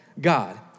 God